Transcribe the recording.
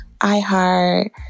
iHeart